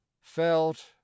felt